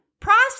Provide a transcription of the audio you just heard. Process